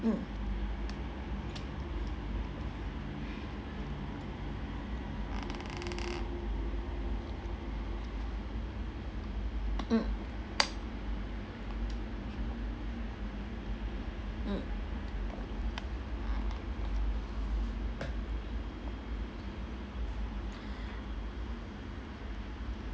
mm mm mm